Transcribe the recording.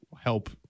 help